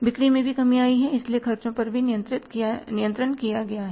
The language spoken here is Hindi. बिक्री में भी कमी आई है इसलिए ख़र्चों पर भी नियंत्रण किया गया है